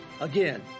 Again